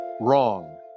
wrong